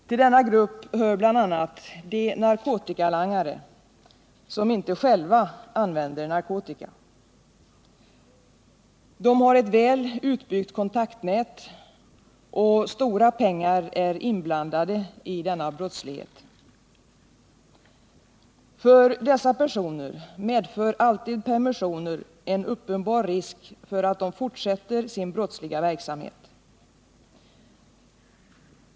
Till denna grupp hör bl.a. de narkotikalangare som inte själva använder narkotika. De har ett väl utbyggt kontaktnät, och stora pengar är inblandade i denna brottslighet. För dessa personer medför alltid permissioner en uppenbar risk att de fortsätter sin brottsliga verksamhet.